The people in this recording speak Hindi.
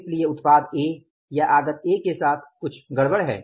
इसलिए उत्पाद ए या आगत ए के साथ कुछ गड़बड़ है